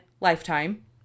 Lifetime